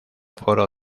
foro